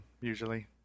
usually